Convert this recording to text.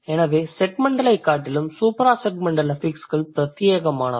எனவே செக்மெண்டலைக் காட்டிலும் சூப்ராசெக்மெண்டல் அஃபிக்ஸ்கள் பிரத்தியேகமானவை